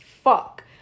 fuck